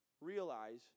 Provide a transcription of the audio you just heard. realize